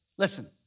Listen